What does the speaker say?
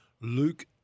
Luke